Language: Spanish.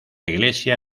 iglesia